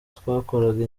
twakoraga